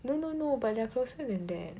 no no no but they're closer than that